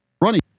running